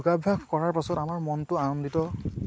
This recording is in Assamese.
যোগভ্যাস কৰাৰ পাছত আমাৰ মনটো আনন্দিত